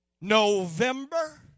November